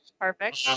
Perfect